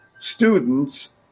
students